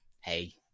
hey